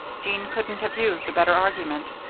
jean couldn't have used a better argument.